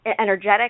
energetic